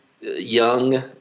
young